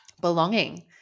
belonging